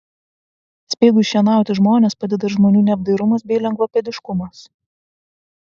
speigui šienauti žmones padeda ir žmonių neapdairumas bei lengvapėdiškumas